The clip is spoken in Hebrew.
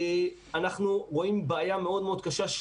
אנחנו רואים בעיה מאוד מאוד קשה,